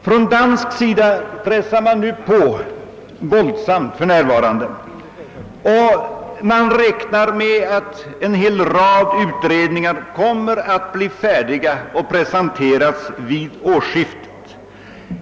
Från danskt håll pressar man för närvarande på våldsamt; man räknar med att en hel rad utredningar kommer att bli färdiga och skall presenteras vid årsskiftet.